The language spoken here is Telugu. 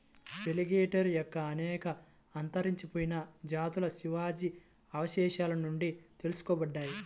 ఎలిగేటర్ యొక్క అనేక అంతరించిపోయిన జాతులు శిలాజ అవశేషాల నుండి తెలుసుకోబడ్డాయి